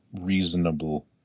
reasonable